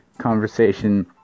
conversation